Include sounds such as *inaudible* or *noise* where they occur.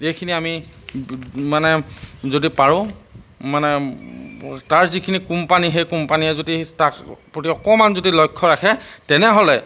এইখিনি আমি *unintelligible* মানে যদি পাৰোঁ মানে তাৰ যিখিনি কোম্পানী সেই কোম্পানীয়ে যদি তাৰ প্ৰতি অকণমান যদি লক্ষ্য ৰাখে তেনেহ'লে